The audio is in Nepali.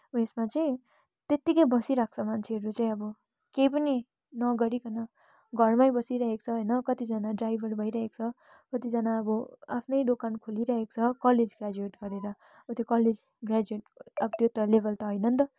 उयेसमा चाहिँ त्यत्तिकै बसिरहेको छ मान्छेहरू चाहिँ अब केही पनि नगरीकन घरमै बसिरहेको छ होइन कतिजना ड्राइभर भइरहेको छ कतिजना अब आफ्नै दोकान खोलिरहेको छ कलेज ग्राजुएट गरेर अब त्यो कलेज ग्राजुएट अब त्यो त लेवल त होइन नि त